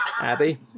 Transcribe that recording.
Abby